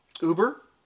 Uber